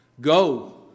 Go